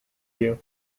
you